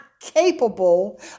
capable